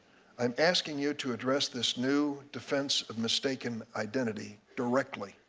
i'm asking you to address this new defense of mistaken identity directly.